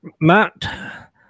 Matt